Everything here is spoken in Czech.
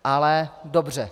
Ale dobře.